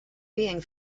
being